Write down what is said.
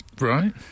right